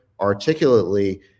articulately